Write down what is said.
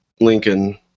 Lincoln